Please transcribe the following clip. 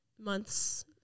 months